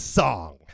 song